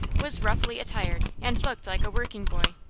was roughly attired, and looked like a working boy.